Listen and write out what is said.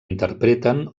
interpreten